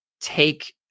take